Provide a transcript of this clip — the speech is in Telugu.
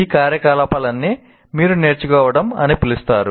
ఈ కార్యకలాపాలన్నీ మీరు నేర్చుకోవడం అని పిలుస్తారు